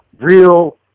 real